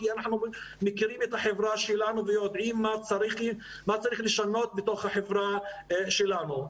כי אנחנו מכירים את החברה שלנו ויודעים מה צריך לשנות בתוך החברה שלנו.